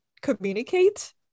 communicate